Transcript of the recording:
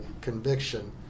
conviction